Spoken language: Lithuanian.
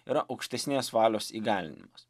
yra aukštesnės valios įgalinimas